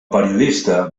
periodista